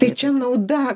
tai čia nauda